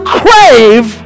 crave